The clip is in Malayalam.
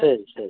ശരി ശരി